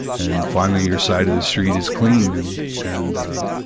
and finally your side of the street is clean and, and ah.